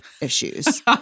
issues